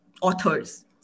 authors